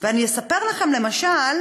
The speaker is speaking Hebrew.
אספר לכם, למשל,